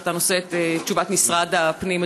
שאתה נושא את תשובת משרד הפנים.